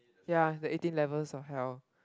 ya the eighteen levels of hell